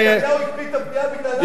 נתניהו הקפיא את הבנייה בגלל לחץ אמריקני.